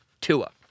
Tua